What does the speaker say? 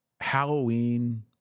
Halloween